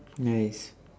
nice